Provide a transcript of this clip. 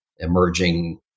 emerging